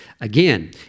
Again